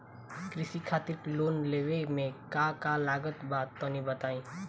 कृषि खातिर लोन लेवे मे का का लागत बा तनि बताईं?